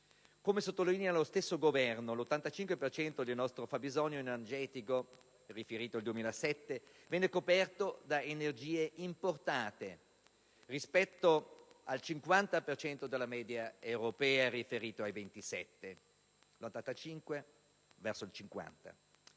Como sottolinea lo stesso Governo, l'85 per cento del nostro fabbisogno energetico riferito al 2007 viene coperto da energie importate rispetto al 50 per cento della media europea riferita ai 27: